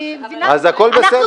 הכול בסדר.